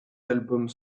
albums